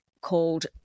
called